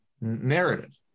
narrative